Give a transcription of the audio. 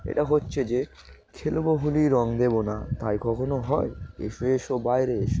এটা হচ্ছে যে খেলব হোলি রং দেবো না তাই কখনও হয় এসো এসো বাইরে এসো